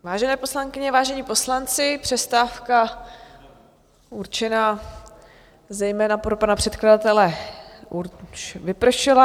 Vážené poslankyně, vážení poslanci, přestávka určená zejména pro pana předkladatele už vypršela.